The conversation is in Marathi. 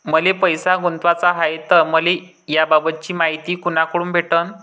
मले पैसा गुंतवाचा हाय तर मले याबाबतीची मायती कुनाकडून भेटन?